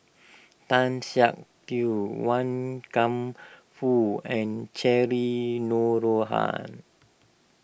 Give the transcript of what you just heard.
Tan Siak Kew Wan Kam Fook and Cheryl Noronha